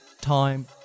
time